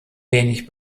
wenig